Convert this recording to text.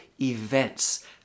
events